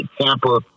Tampa